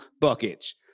buckets